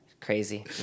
crazy